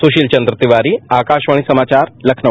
सुशील चन्द्र तिवारी आकाशवाणी समाचार लखनऊ